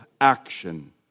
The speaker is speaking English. action